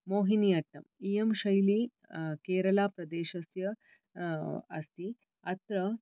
मोहिनी अट्टम् इयं शैली केरला प्रदेशस्य अस्ति अत्र